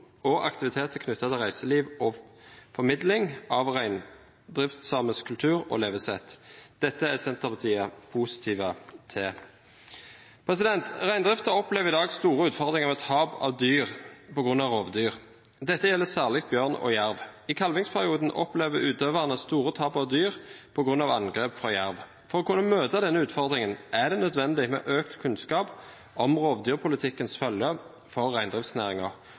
og aktiviteter knyttet til reiseliv og formidling av reindriftssamisk kultur og levesett.» Dette er Senterpartiet positive til. Reindriften opplever i dag store utfordringer med tap av dyr på grunn av rovdyr, særlig bjørn og jerv. I kalvingsperioden opplever utøverne store tap av dyr på grunn av angrep fra jerv. For å kunne møte denne utfordringen er det nødvendig med økt kunnskap om rovdyrpolitikkens følger for